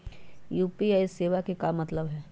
UPI सेवा के का मतलब है?